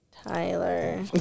Tyler